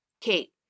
Kate